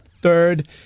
Third